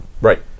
right